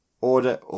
order